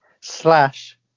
slash